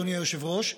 אדוני היושב-ראש,